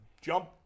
jump